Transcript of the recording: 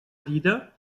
vida